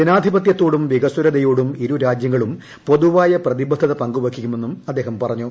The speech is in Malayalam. ജനാധിപത്യത്തോടും വികസ്വരത്യോടും ഇരു രാജ്യങ്ങളും പൊതുവായ പ്രതിബദ്ധത പങ്ക്ുവയ്ക്കുമെന്നും അദ്ദേഹം പറഞ്ഞു